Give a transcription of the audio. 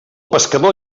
pescador